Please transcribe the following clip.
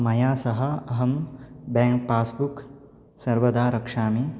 मया सह अहं बेङ्क् पास्बुक् सर्वदा रक्षामि